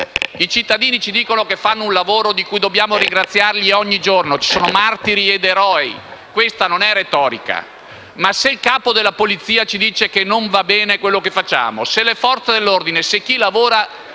I cittadini ci dicono che fanno un lavoro di cui dobbiamo ringraziarli ogni giorno; ci sono martiri ed eroi, e questa non è retorica. Ma se il Capo della Polizia ci dice che quello che facciamo non va bene; se le Forze dell'ordine lanciano